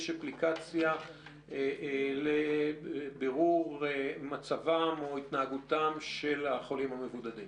יש אפליקציה לבירור מצבם או התנהגותם של החולים המבודדים.